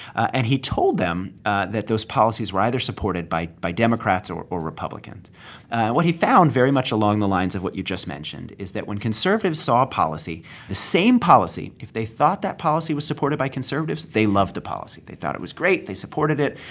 and he told them that those policies were either supported by by democrats or or republicans. and what he found, very much along the lines of what you just mentioned, is that when conservatives saw a policy the same policy if they thought that policy was supported by conservatives, they loved the policy. they thought it was great. they supported it.